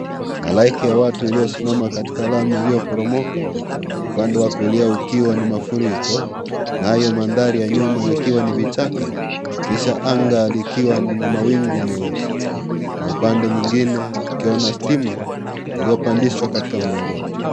Halaiki ya watu iliyosimama katika lami iliyoporomoka. Upande wa kulia ikiwa ni mafuriko. Nayo mandhari ya nyuma yakiwa ni vichaka. Kisha anga likiwa na mawingu meusi. Na upange mwingine tukiona stima uliopandishwa kwenye mlingoti.